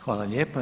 Hvala lijepa.